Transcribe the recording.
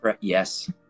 Yes